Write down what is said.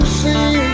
see